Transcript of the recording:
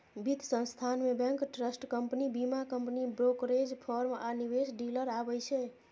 वित्त संस्थान मे बैंक, ट्रस्ट कंपनी, बीमा कंपनी, ब्रोकरेज फर्म आ निवेश डीलर आबै छै